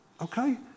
Okay